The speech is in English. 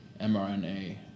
mRNA